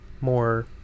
more